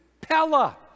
Pella